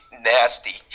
nasty